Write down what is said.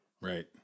right